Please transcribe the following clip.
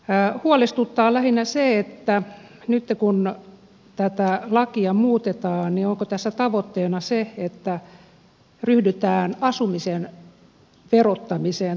huolestuttaa lähinnä se että nyt kun tätä lakia muutetaan onko tässä tavoitteena se että ryhdytään asumisen verottamiseen toden teolla